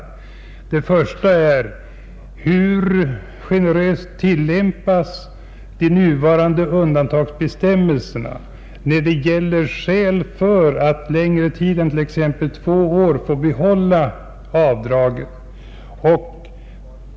Den första är: Hur generöst tillämpas de nuvarande undantagsbestämmelserna när det gäller skäl för att under längre tid än t.ex. två år få behålla avdraget?